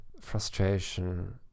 frustration